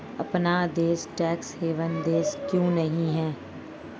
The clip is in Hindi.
अपना देश टैक्स हेवन देश क्यों नहीं है?